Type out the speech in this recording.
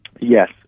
yes